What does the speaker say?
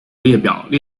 列表